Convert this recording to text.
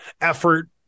effort